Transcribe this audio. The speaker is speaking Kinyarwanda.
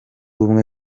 ubumwe